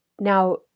Now